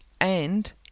And